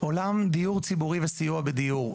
עולם דיור ציבורי וסיוע בדיור.